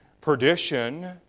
perdition